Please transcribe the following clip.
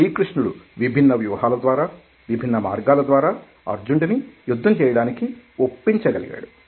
శ్రీకృష్ణుడు విభిన్న వ్యూహాల ద్వారా విభిన్న మార్గాల ద్వారా అర్జునుడిని యుద్ధం చేయడానికి ఒప్పించ గలిగాడు